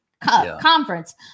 conference